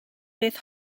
beth